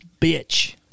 bitch